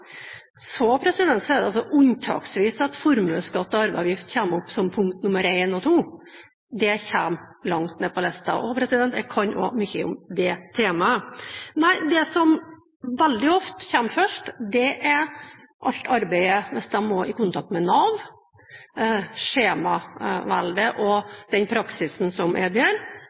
er det unntaksvis at formuesskatt og arveavgift kommer opp som punkt nummer én og to. Det kommer langt ned på lista. Og jeg kan også mye om det temaet. Det som veldig ofte kommer først, er alt arbeidet det blir hvis de må være i kontakt med Nav, og det skjemaveldet og den praksisen som er der.